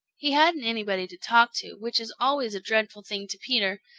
he hadn't anybody to talk to, which is always a dreadful thing to peter,